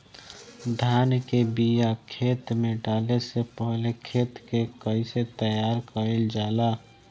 धान के बिया खेत में डाले से पहले खेत के कइसे तैयार कइल जाला?